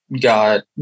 got